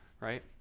right